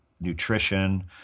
nutrition